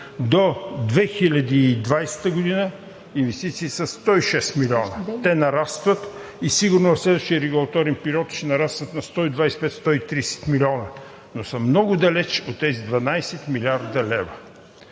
до 2020 г. инвестициите са 106 милиона – те нарастват. Сигурно в следващия регулаторен период ще нараснат на 125 – 130 милиона, но са много далеч от тези 12 млрд. лв.!